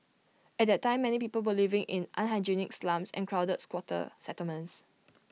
at that time many people were living in unhygienic slums and crowded squatter settlements